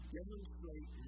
demonstrate